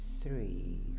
three